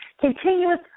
Continuous